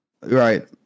right